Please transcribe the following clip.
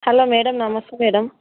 hello madam నమస్తే madam